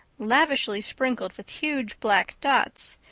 lavishly sprinkled with huge black dots,